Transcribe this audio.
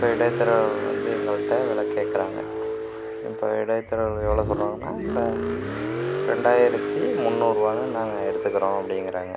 இப்போ இடைத்தரகர்கள் வந்து எங்கள்கிட்ட விலக் கேட்குறாங்க இப்போ இடைத்தரகர்கள் எவ்வளோ சொல்லுறாங்கன்னா இப்போ ரெண்டாயிரத்தி முன்னூறுபானு நாங்கள் எடுத்துக்கிறோம் அப்படிங்குறாங்க